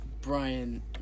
Brian